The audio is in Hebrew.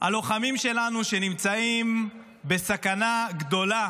הלוחמים שלנו שנמצאים בסכנה גדולה